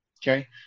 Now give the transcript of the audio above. Okay